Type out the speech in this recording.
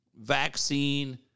vaccine